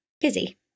busy